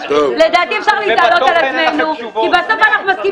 לדעתי אפשר להתעלות על עצמנו כי בסוף אנחנו מסכימים